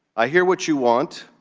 i hear what you want.